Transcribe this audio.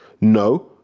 No